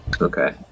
Okay